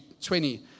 20